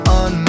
on